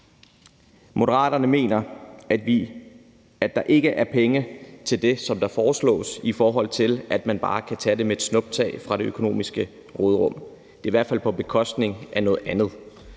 Moderaterne mener, at der ikke er penge til det, som der foreslås, i forhold til at man bare kan tage dem med et snuptag fra det økonomiske råderum. Det er i hvert fald på bekostning af noget andet.